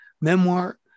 memoir